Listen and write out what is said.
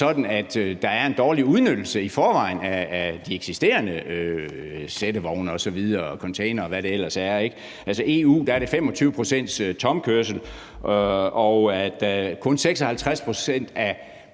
sådan, at der er en dårlig udnyttelse i forvejen af de eksisterende sættevogne og containere, og hvad der ellers er. Altså, i EU er der 25 pct.s tomkørsel, og det er kun 56 pct. af